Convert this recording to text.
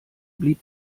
blieb